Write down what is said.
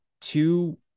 Two